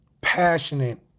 passionate